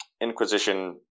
Inquisition